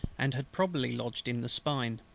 and had probably lodged in the spine.